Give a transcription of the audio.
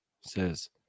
says